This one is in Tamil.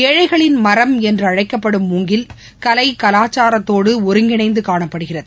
ஏழைகளின் மரம் என்றழைக்கப்படும் மூங்கில் கலை கலாச்சாரத்தோடுஒருங்கிணைந்துகாணப்படுகிறது